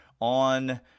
on